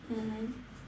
mmhmm